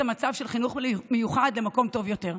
המצב של החינוך המיוחד למקום טוב יותר.